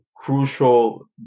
Crucial